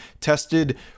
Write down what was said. tested